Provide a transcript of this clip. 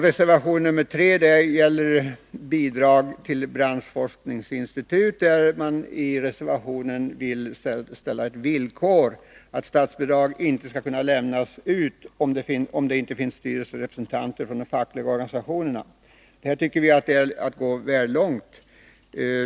Reservation 3 gäller bidrag till branschforskningsinstitut. Reservanterna vill ställa ett villkor, att statsbidrag inte skall kunna lämnas ut om det inte finns styrelserepresentanter från de fackliga organisationerna. Detta tycker vi är att gå väl långt.